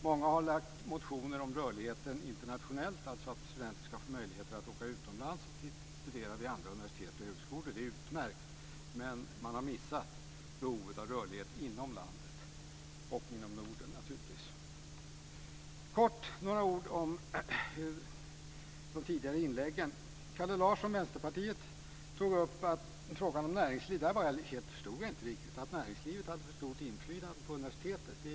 Många har väckt motioner om rörligheten internationellt, dvs. att studenter ska få möjligheter att åka utomlands och studera vid andra universitet och högskolor. Det är utmärkt, men man har missat behovet av rörlighet inom landet - och inom Norden, naturligtvis. Jag ska kort säga några ord om de tidigare inläggen. Kalle Larsson från Vänsterpartiet tog upp frågan om näringslivet. Det förstod jag inte riktigt - att näringslivet skulle ha för stort inflytande på universiteten.